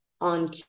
on